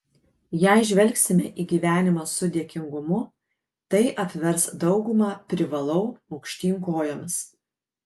jei žvelgsime į gyvenimą su dėkingumu tai apvers daugumą privalau aukštyn kojomis